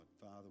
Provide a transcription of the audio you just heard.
Father